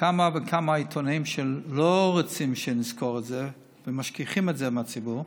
כמה וכמה עיתונאים שלא רוצים שנזכור את זה ומשכיחים את זה מהציבור,